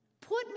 Put